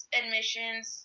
admissions